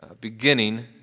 beginning